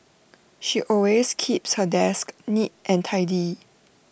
she always keeps her desk neat and tidy